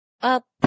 up